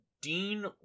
Dean